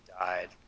died